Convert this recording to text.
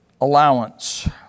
allowance